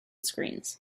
screens